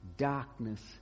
darkness